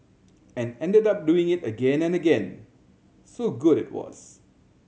and ended up doing it again and again so good it was